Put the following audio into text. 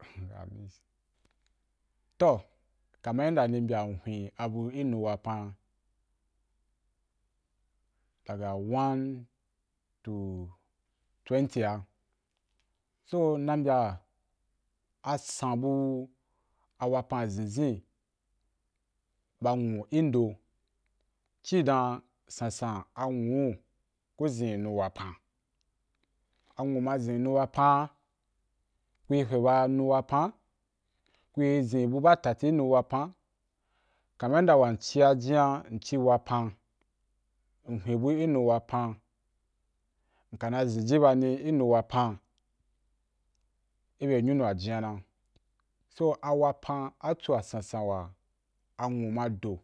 toh kaman inda ni mbyam nhwen a bu i nu wapan da ga one to twenthy a so nna mbya a san bu wapan a zinzin ba nwu i ndo ci dan sansan a nwu ku zin yi nu wapan, anwu ma zin yi nu wapan kwi hweh ba nu wapan, ku i zin yi bu ba tati i nu wapan kaman yan da wa nci jinya nci wapan, nhwen bu i nu wapan nka na zin ji ba nì ì nu wapan í be nyanu wa jinya na so a wapan atsu wa sansan wa anwu ma do